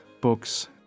books